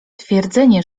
twierdzenie